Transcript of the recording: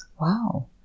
Wow